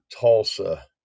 Tulsa